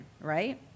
right